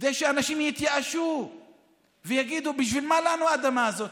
כדי שאנשים יתייאשו ויגידו: בשביל מה לנו האדמה הזאת?